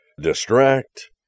distract